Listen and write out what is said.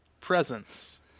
Presence